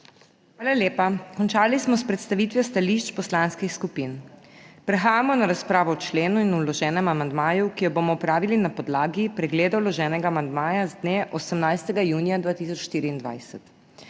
Hvala lepa. Končali smo predstavitev stališč poslanskih skupin. Prehajamo na razpravo o členu in vloženem amandmaju, ki jo bomo opravili na podlagi pregleda vloženega amandmaja z dne 18. junija 2024.